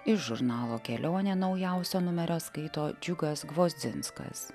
iš žurnalo kelionė naujausio numerio skaito džiugas gvozdzinskas